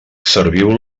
serviu